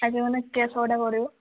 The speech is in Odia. ଆଗେ ଗନେ କେନ୍ ସୋଟା କରିବ